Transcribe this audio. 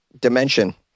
dimension